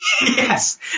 Yes